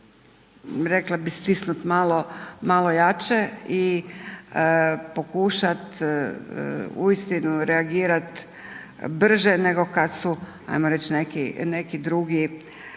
rekla bih, stisnuti malo jače i pokušati uistinu reagirati brže nego kad su, hajmo reći